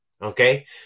Okay